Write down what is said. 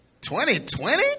2020